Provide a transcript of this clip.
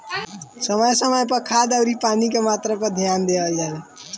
समय समय पर खाद अउरी पानी के मात्रा पर ध्यान देहल जला